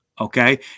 Okay